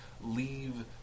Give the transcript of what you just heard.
leave